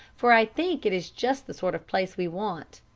for i think it is just the sort of place we want.